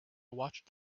watched